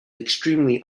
extremely